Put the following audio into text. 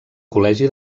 col·legi